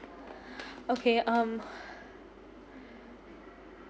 okay um